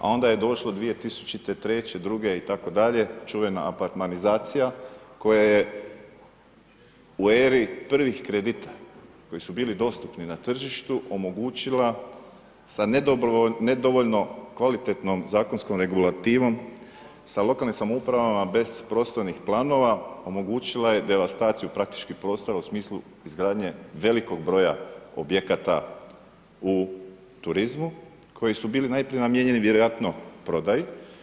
A onda je došlo 2000., 2002., 2003. itd. čuvena apartmanizacija koja je u eri prvih kredita koji su bili dostupni na tržištu omogućila sa nedovoljno kvalitetnom zakonskom regulativom, sa lokalnim samoupravama bez prostornih planova, omogućila je devastaciju praktički prostora u smislu izgradnje velikog broja objekata u turizmu koji su bili najprije namijenjeni vjerojatno prodaji.